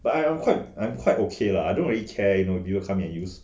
but I I'm quite I'm quite ok lah I don't really care you know people come in and use